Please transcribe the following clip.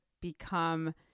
become